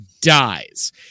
dies